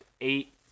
eight